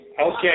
okay